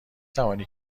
توانی